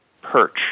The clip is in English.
perch